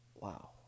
Wow